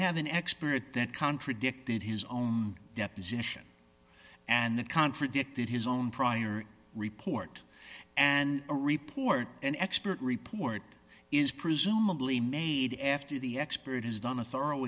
have an expert that contradicted his own deposition and the contradicted his own prior report and a report an expert report is presumably made after the expert has done a thorough